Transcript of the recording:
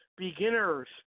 beginners